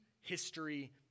history